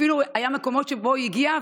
אפילו היו מקומות שאליהם הוא הגיע,